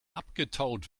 abgetaut